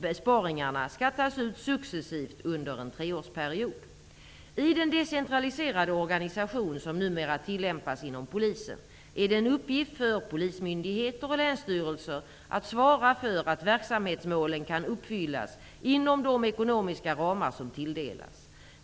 Besparingarna skall tas ut successivt inom en treårsperiod. I den decentraliserade organisation som numera tillämpas inom polisen är det en uppgift för polismyndigheter och länsstyrelser att svara för att verksamhetsmålen kan uppfyllas inom de ekonomiska ramar som tilldelas.